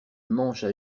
manches